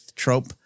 Trope